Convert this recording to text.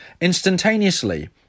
instantaneously